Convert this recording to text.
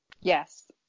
Yes